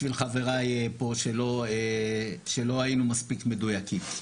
בשביל חבריי פה שלא היינו מספיק מדויקים.